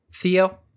Theo